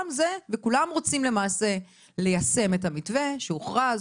וכולם רוצים למעשה ליישם את המתווה שהוכרז,